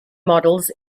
models